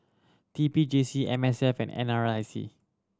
T P J C M S F and N R I C